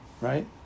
Right